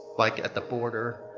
like at the border,